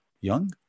young